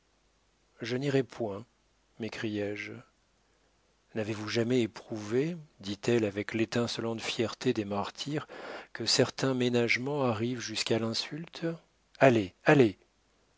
je n'irai point m'écriai-je n'avez-vous jamais éprouvé dit-elle avec l'étincelante fierté des martyrs que certains ménagements arrivent jusqu'à l'insulte allez allez